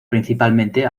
principalmente